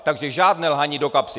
Takže žádné lhaní do kapsy!